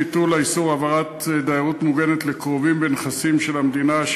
ביטול איסור העברת דיירות מוגנת לקרובים בנכסים של המדינה),